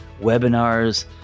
webinars